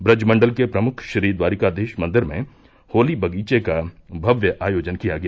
ब्रज मंडल के प्रमुख श्री द्वारिकाधीश मंदिर मे होली बगीचे का भव्य आयोजन किया गया